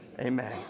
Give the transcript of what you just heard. amen